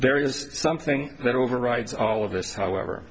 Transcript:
there is something that overrides all of this however